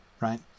right